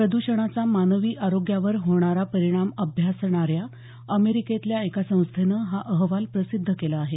प्रद्षणाचा मानवी आरोग्यावर होणारा परिणाम अभ्यासणाऱ्या अमेरिकेतल्या एका संस्थेनं हा अहवाल प्रसिद्ध केला आहे